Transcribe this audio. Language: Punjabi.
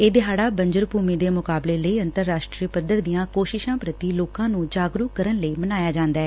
ਇਹ ਦਿਹਾੜਾ ਬੰਜਰ ਭੁਮੀ ਦੇ ਮੁਕਾਬਲੇ ਲਈ ਅੰਤਰਰਾਸ਼ਟਰੀ ਪੱਧਰ ਦੀਆਂ ਕੋਸ਼ਿਸ਼ਾਂ ਪ੍ਰਤੀ ਲੋਕਾਂ ਨੂੰ ਜਾਗਰੁਕ ਕਰਨ ਲਈ ਮਨਾਇਆ ਜਾਂਦੈ